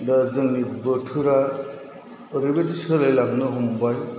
दा जोंनि बोथोरा ओरैबादि सोलायलांनो हमबाय